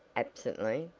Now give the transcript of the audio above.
absently.